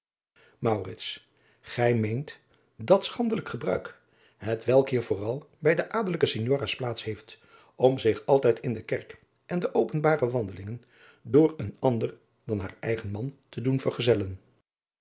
gij meent dat schandelijk gebruik hetwelk hier vooral bij de adelijke signora's plaats heeft om zich altijd in de kerk en de openbare wandelingen door een ander dan haar eigen man te doen vergezellen